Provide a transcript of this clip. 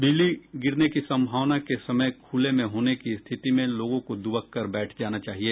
बिजली गिरने की संभावना के समय खुले में होने की स्थिति में लोगों को दुबक कर बैठ जाना चाहिए